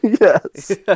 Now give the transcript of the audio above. Yes